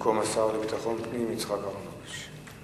במקום השר לביטחון פנים יצחק אהרונוביץ.